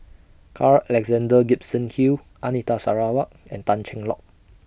Carl Alexander Gibson Hill Anita Sarawak and Tan Cheng Lock